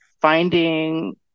finding